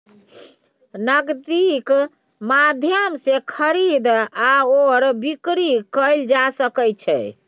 नगदीक माध्यम सँ खरीद आओर बिकरी कैल जा सकैत छै